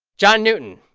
john newton,